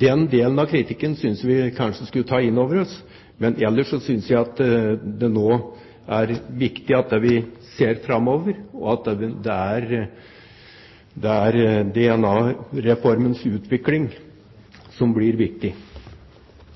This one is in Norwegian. Den delen av kritikken synes jeg kanskje vi skulle ta inn over oss, men ellers synes jeg at det nå er viktig at vi ser framover, og at det er DNA-reformens utvikling som blir viktig. Som jeg sa i mitt forrige innlegg, ser vi som står bak dette forslaget, på saken som